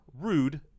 Rude